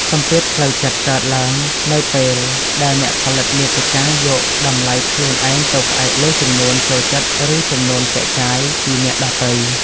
សម្ពាធផ្លូវចិត្តកើតឡើងនៅពេលដែលអ្នកផលិតមាតិកាយកតម្លៃខ្លួនឯងទៅផ្អែកលើចំនួន ចូលចិត្ត ឬចំនួន ចែកចាយ ពីអ្នកដទៃ។